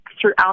throughout